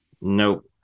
nope